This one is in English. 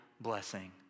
blessing